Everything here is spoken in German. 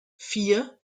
vier